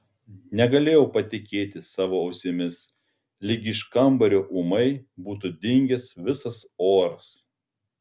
negalėjau patikėti savo ausimis lyg iš kambario ūmai būtų dingęs visas oras